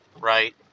right